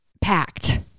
packed